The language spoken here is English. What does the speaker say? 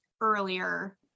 earlier